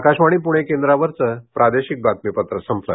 आकाशवाणी पुणे केंद्रावरचं प्रादेशिक बातमीपत्र संपलं